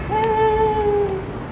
help